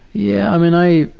yeah. i mean, i,